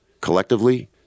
collectively